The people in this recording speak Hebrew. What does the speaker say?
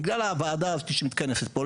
בגלל הוועדה הזאת שמתכנסת פה,